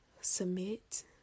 submit